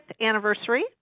anniversary